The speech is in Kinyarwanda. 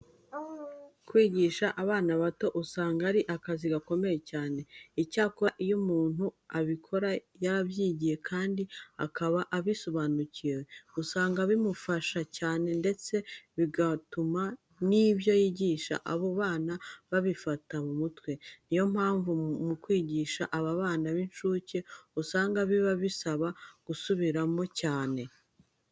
Kwigisha bana bato usanga ari akazi gakomeye cyane. Icyakora iyo umuntu ubikora yabyingiye kandi akaba abisobanukiwe, usanga bimufasha cyane ndetse bigatuma n'ibyo yigisha abo bana babifata mu mutwe. Ni yo mpamvu mu kwigisha aba bana b'incuke usanga biba bisaba gusubiramo cyane.